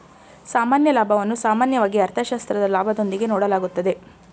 ಸಾಮಾನ್ಯ ಲಾಭವನ್ನು ಸಾಮಾನ್ಯವಾಗಿ ಅರ್ಥಶಾಸ್ತ್ರದ ಲಾಭದೊಂದಿಗೆ ನೋಡಲಾಗುತ್ತದೆ